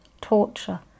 torture